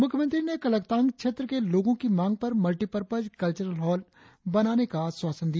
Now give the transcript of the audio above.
मुख्यमंत्री ने कलकतांग क्षेत्र के लोगों की मांग पर मल्टीपर्पज कल्वरल हॉल बनाने का आश्वासन दिया